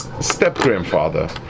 step-grandfather